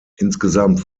insgesamt